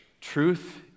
truth